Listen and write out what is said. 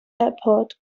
airport